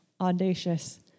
audacious